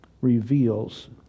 reveals